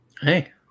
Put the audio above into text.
Hey